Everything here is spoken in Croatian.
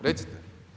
Recite.